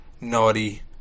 Naughty